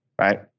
right